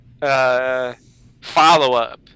follow-up